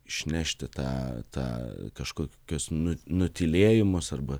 išnešti tą tą kažkokius nu nutylėjimus arba